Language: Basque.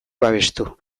babestu